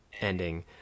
ending